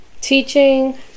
teaching